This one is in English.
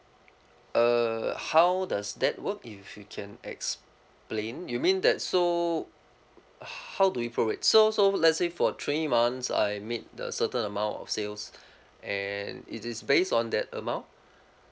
uh how does that work if you can explain you mean that so how do you prove it so so let's say for three months I made a certain amount of sales and it is based on that amount